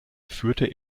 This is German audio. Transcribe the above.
führte